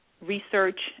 research